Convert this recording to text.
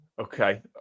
Okay